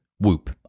Whoop